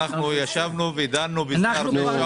ישבנו ודנו בזה הרבה מאוד.